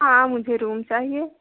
हाँ मुझे रूम चाहिए